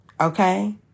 okay